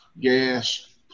gas